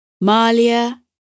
Malia